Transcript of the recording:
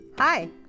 Hi